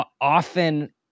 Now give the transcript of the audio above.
often